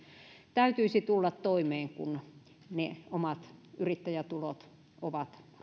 täytyisi tulla toimeen kun ne omat yrittäjätulot ovat